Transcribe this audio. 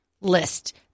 list